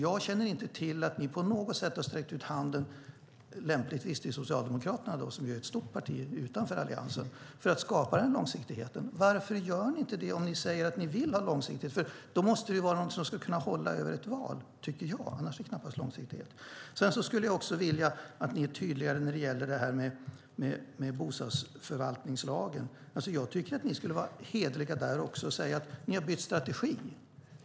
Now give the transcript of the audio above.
Jag känner inte till att ni på något sätt har sträckt ut handen utanför Alliansen, lämpligen till Socialdemokraterna som ju är ett stort parti, för att skapa denna långsiktighet. Varför gör ni inte det om ni säger att ni vill ha långsiktighet? Det måste vara något som ska hålla över ett val, annars är det knappast långsiktighet. Jag skulle också vilja att ni är tydligare när det gäller bostadsförvaltningslagen. Jag tycker att ni skulle vara hederliga där också och säga att ni har bytt strategi.